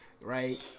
right